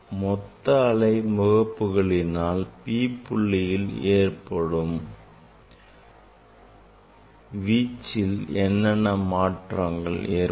மொத்த அலை முகப்புகளினால் P புள்ளியில் உருவாகும் வீச்சில் என்ன மாற்றங்கள் ஏற்படும்